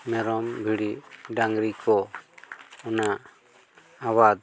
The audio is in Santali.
ᱢᱮᱨᱚᱢ ᱵᱷᱤᱲᱤ ᱰᱟᱝᱨᱤ ᱠᱚ ᱚᱱᱟ ᱟᱵᱟᱫᱽ